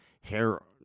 hair